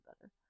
better